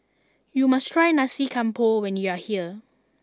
you must try Nasi Campur when you are here